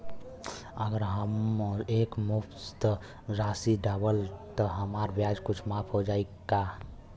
अगर हम एक मुस्त राशी डालब त हमार ब्याज कुछ माफ हो जायी का?